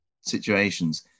situations